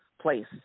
place